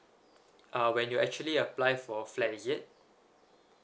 uh when you actually apply for flat is it